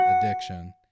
addiction